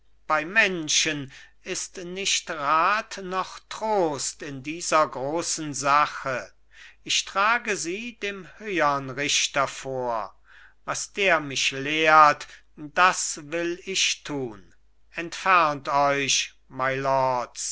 bei menschen ist nicht rat noch trost in dieser großen sache ich trage sie dem höhern richter vor was der mich lehrt das will ich tun entfernt euch